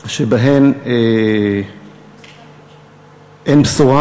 שבהן אין בשורה,